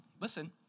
listen